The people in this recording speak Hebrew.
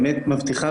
את